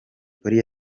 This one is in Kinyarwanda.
polly